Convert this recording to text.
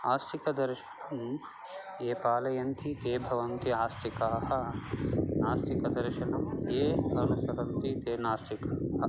आस्तिकदर्शनं ये पालयन्ति ते भवन्ति आस्तिकाः नास्तिकदर्शनं ये अनुसरन्ति ते नास्तिकाः